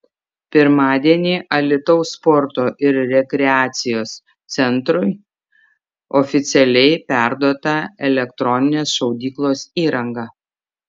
pirmadienį alytaus sporto ir rekreacijos centrui oficialiai perduota elektroninės šaudyklos įranga